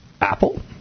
Apple